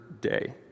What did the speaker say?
day